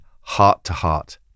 heart-to-heart